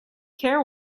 care